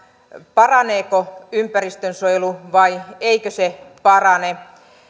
paraneeko ympäristönsuojelu vai eikö se parane